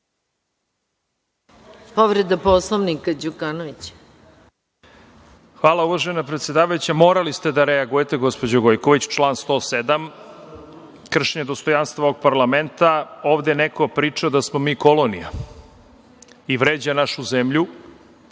Hvala uvažena predsedavajuća. Morali ste da reagujete, gospođo Gojković. Član 107. kršenje dostojanstva ovog parlamenta. Ovde neko priča da smo mi kolonija i vređa našu zemlju